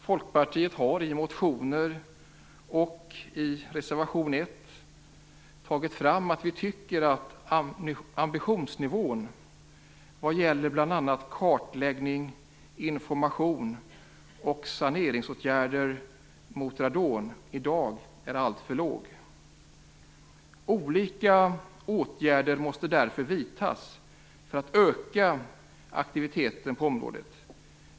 Folkpartiet har i motioner och i reservation 1 tagit upp att vi tycker att ambitionsnivån när det gäller kartläggning, information och saneringsåtgärder mot radon är alltför låg i dag. Olika åtgärder måste därför vidtas för att öka aktiviteten på området.